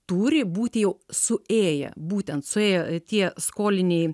turi būti jau suėję būtent suėję tie skoliniai